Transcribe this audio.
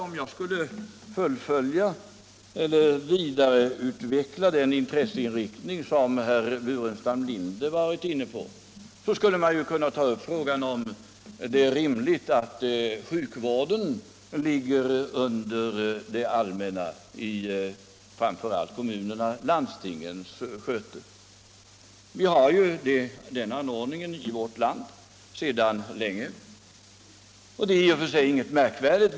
Om jag skulle vidareutveckla den intresseinriktning som herr Burenstam Linder företrätt skulle jag kunna ta upp frågan om det är rimligt att sjukvården lyder under det allmänna och ligger i framför allt kommunernas och landstingens sköte. Vi har ju sedan länge en sådan ordning i vårt land, och detta är i och för sig ingenting märkvärdigt.